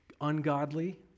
ungodly